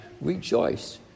Rejoice